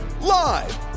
Live